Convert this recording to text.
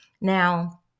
Now